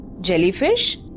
Jellyfish